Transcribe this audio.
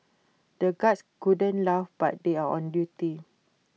the guards couldn't laugh but they are on duty